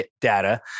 data